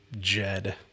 Jed